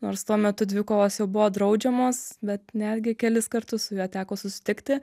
nors tuo metu dvikovos jau buvo draudžiamos bet netgi kelis kartus su juo teko susitikti